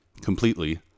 completely